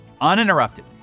uninterrupted